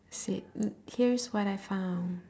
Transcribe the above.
said mm here's what I found